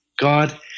God